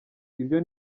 ibyo